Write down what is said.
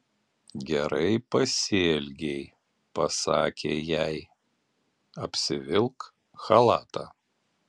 gerai pasielgei pasakė jai apsivilk chalatą